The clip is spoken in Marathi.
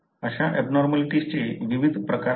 अशा एबनॉर्मलिटीजचे विविध प्रकार आहेत